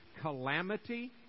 calamity